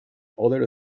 other